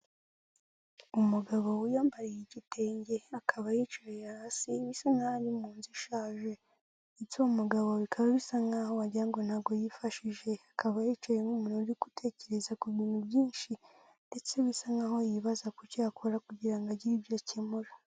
Umugabo wiyambariye igitenge akaba yicaye hasi bisa nkaho ari nzu ishaje, ndetse uwo umugabo bikaba bisa nkaho wagira ngo ntabwo yifashije, akaba yicaye nk'umuntu uri gutekereza ku bintu byinshi ndetse bisa nkaho yibaza ku cyo yakora kugira ngo agire ibyo akemura.